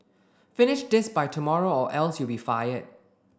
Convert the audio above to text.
finish this by tomorrow or else you'll be fired